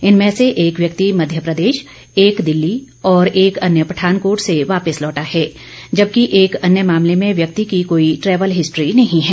इनमें से एक व्यक्ति मध्य प्रदेश एक दिल्ली और एक अन्य पठानकोट से वापस लौटा है जबकि एक अन्य मामले में व्यक्ति की कोई ट्रेवल हिस्ट्री नहीं है